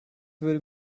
würde